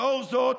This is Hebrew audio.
לאור זאת,